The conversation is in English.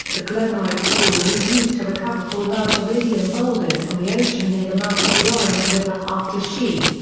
the glomar explorer is used to recover four large iridium boulders from the ocean near the mouth of the orange river after she.